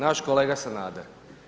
Naš kolega Sanader.